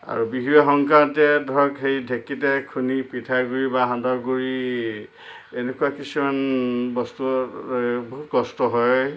আৰু বিহুৱে সংক্ৰান্তিয়ে হেৰি ধৰক ঢেঁকীতে খুন্দি পিঠাগুড়ি বা সান্দহগুড়ি এনেকুৱা কিছুমান বস্তু বহুত কষ্ট হয়